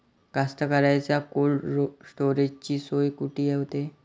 कास्तकाराइच्या कोल्ड स्टोरेजची सोय कुटी होते?